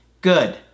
Good